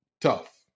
tough